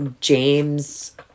James